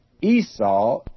Esau